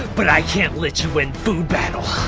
but i can't let you win food battle!